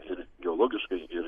ir geologiškai ir